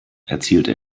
erzielte